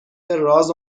راز